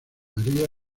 maría